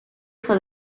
for